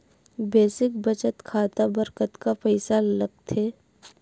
Basic बचत खाता बर कतका पईसा लगथे?